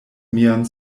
mian